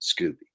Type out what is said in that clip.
Scooby